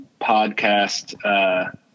podcast